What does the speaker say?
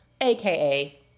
AKA